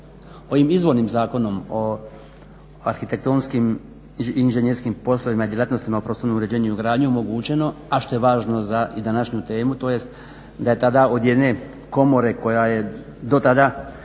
ovim izvornim Zakonom o arhitektonskim i inženjerskim poslovima i djelatnostima u prostornom uređenju i gradnji omogućeno, a što je važno i za današnju temu to jest da je tada od jedne komore koja je dotada